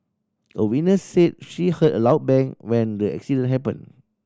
a witness said she heard a loud bang when the accident happened